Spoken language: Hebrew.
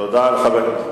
תודה לחבר הכנסת.